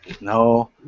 No